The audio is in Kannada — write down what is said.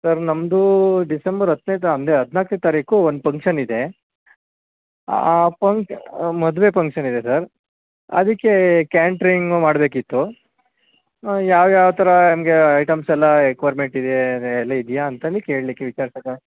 ಸರ್ ನಮ್ಮದು ಡಿಸೆಂಬರ್ ಹತ್ತನೇ ತಾ ಅಂದರೆ ಹದಿನಾಲ್ಕನೇ ತಾರೀಕು ಒಂದು ಪಂಕ್ಷನ್ ಇದೆ ಪಂಕ್ ಮದುವೆ ಪಂಕ್ಷನ್ ಇದೆ ಸರ್ ಅದಕ್ಕೆ ಕ್ಯಾನ್ಟ್ರಿಂಗು ಮಾಡಬೇಕಿತ್ತು ಯಾವ್ಯಾವ ಥರ ನಮಗೆ ಐಟಮ್ಸೆಲ್ಲ ರಿಕ್ವೈರ್ಮೆಂಟಿದೆ ಎಲ್ಲ ಇದೆಯಾ ಅಂತೇಳಿ ಕೇಳ್ಲಿಕ್ಕೆ ವಿಚಾರ್ಸಕ್ಕೆ